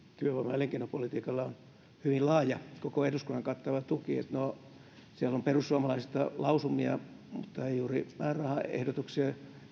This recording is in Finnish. työvoima ja elinkeinopolitiikalla on hyvin laaja koko eduskunnan kattava tuki siellä on perussuomalaisilta lausumia mutta ei juuri määrärahaehdotuksia